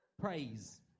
Praise